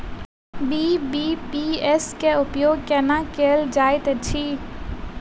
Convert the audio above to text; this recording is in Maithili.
बी.बी.पी.एस केँ उपयोग केना कएल जाइत अछि?